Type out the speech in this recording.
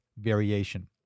variation